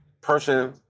person